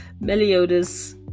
Meliodas